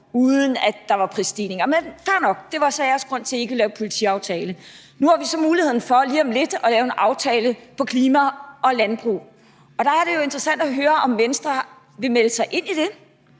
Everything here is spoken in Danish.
uden at der var prisstigninger. Men fair nok, det var så jeres grund til, at I ikke ville lave en politiaftale. Nu har vi så muligheden for lige om lidt at lave en aftale for klima og landbrug, og der er det jo interessant, om Venstre vil melde sig ind i det